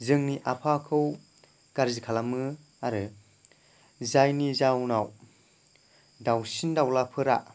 जोंनि आबहावाखौ गारजि खालामो आरो जायनि जाउनाव दाउसिन दाउलाफोरा